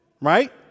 right